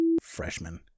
freshman